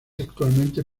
actualmente